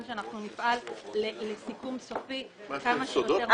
שאנחנו נפעל לסיכום סופי כמה שיותר מהר.